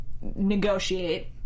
negotiate